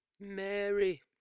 Mary